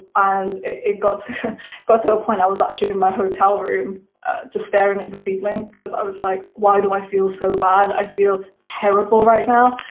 and it got to so point i was actually in my hotel room just staring at the ceiling because i was, like, why do i feel so bad? i feel terrible right now.